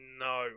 No